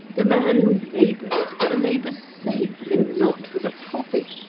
the man who labours for the labour's sake and not for the profit,